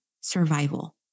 survival